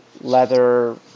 leather